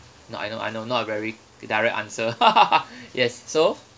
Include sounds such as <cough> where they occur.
no I know I know not a very direct answer <laughs> yes so